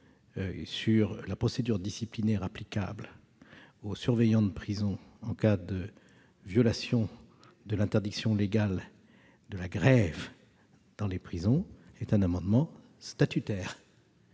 sur la procédure disciplinaire applicable aux surveillants de prison en cas de violation de l'interdiction légale de la grève dans les prisons est un amendement statutaire.